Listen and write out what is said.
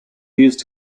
used